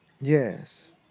Yes